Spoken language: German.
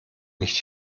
nicht